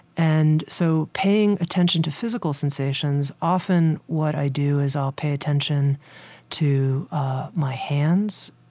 and so paying attention to physical sensations, often what i do is i'll pay attention to my hands,